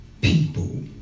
people